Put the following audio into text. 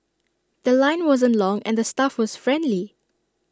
The Line wasn't long and the staff was friendly